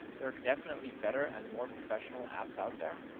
there are definitely better and more professional apps out there,